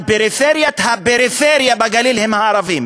אבל פריפריית הפריפריה בגליל זה הערבים